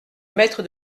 maître